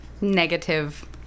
negative